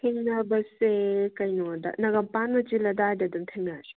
ꯊꯦꯡꯅꯕꯁꯦ ꯀꯩꯅꯣꯗ ꯅꯥꯒꯥꯃꯄꯜ ꯃꯆꯤꯟ ꯑꯗꯥꯏꯗ ꯑꯗꯨꯝ ꯊꯦꯡꯅꯔꯁꯦ